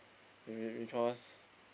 be be because